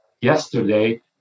yesterday